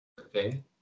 Okay